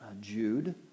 Jude